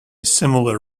similar